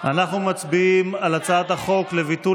אנחנו מצביעים על הצעת החוק לביטול